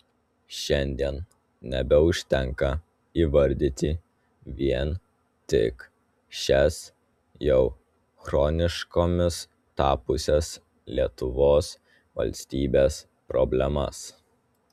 šiandien nebeužtenka įvardyti vien tik šias jau chroniškomis tapusias lietuvos valstybės problemas